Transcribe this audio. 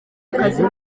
akazi